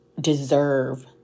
deserve